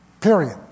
Period